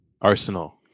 arsenal